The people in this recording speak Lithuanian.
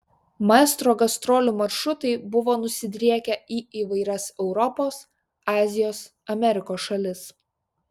maestro gastrolių maršrutai buvo nusidriekę į įvairias europos azijos amerikos šalis